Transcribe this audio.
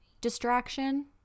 distraction